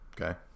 okay